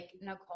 Nicole